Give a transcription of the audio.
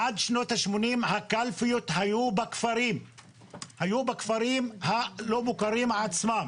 עד שנות ה-80 הקלפיות היו בכפרים הלא מוכרים עצמם.